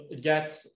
get